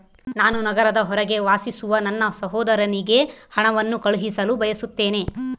ನಾನು ನಗರದ ಹೊರಗೆ ವಾಸಿಸುವ ನನ್ನ ಸಹೋದರನಿಗೆ ಹಣವನ್ನು ಕಳುಹಿಸಲು ಬಯಸುತ್ತೇನೆ